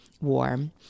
warm